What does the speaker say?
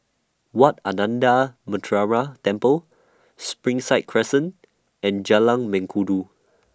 Wat Ananda Temple Springside Crescent and Jalan Mengkudu